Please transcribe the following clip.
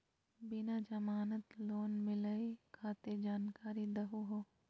बिना जमानत लोन मिलई खातिर जानकारी दहु हो?